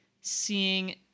seeing